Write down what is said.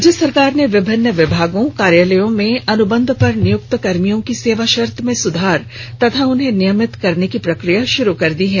राज्य सरकार ने विभिन्न विभागों कार्यालयों में अनुबंध पर नियुक्त कर्मियों की सेवाशर्त में सुधार तथा उन्हें नियमित करने की प्रक्रिया शुरू कर दी है